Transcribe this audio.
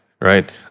right